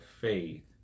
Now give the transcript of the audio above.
faith